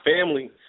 family